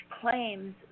claims